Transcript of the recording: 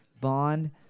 Bond